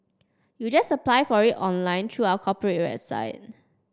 you just apply for it online through our corporate website